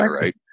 right